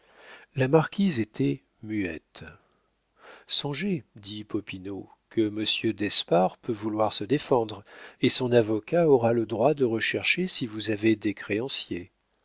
la marquise était muette songez dit popinot que monsieur d'espard peut vouloir se défendre et son avocat aura le droit de rechercher si vous avez des créanciers